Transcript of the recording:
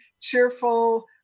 cheerful